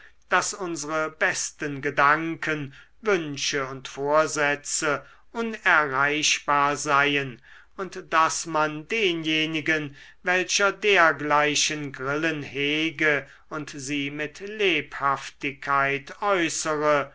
daß unsere besten gedanken wünsche und vorsätze unerreichbar seien und daß man denjenigen welcher dergleichen grillen hege und sie mit lebhaftigkeit äußere